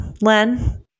Len